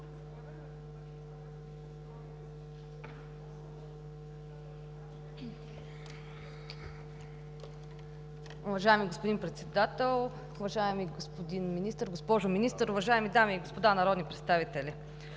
Уважаеми господин Председател, уважаеми господин Министър, госпожо Министър, уважаеми дами и господа народни представители!